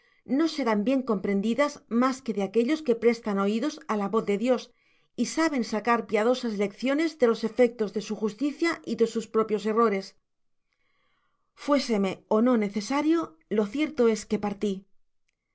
no se rán bien comprendidas mas que de aquellos que prestan oidos á la voz de dios y saben sacar piadosas lecciones de los efectos de su justicia y de sus propios errores content from google book search generated at fuéseme ó no necesario le cierto es que parti